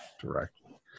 directly